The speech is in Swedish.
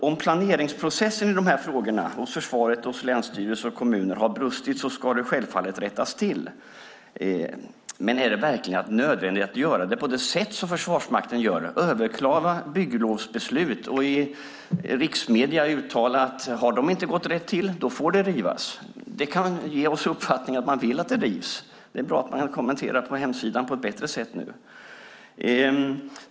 Om planeringsprocessen i de här frågorna hos försvaret, länsstyrelser och kommuner har brustit ska det självfallet rättas till. Men är det verkligen nödvändigt att göra det på det sätt som Försvarsmakten gör - överklaga bygglovsbeslut och uttala i riksmedier att har det inte gått rätt till får det rivas? Det kan ge oss uppfattningen att man vill att det rivs. Det är bra att man nu kommenterar detta på ett bättre sätt på hemsidan.